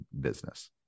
business